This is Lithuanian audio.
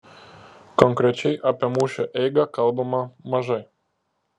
konkrečiai apie mūšio eigą kalbama mažai